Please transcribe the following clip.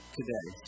today